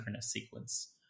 sequence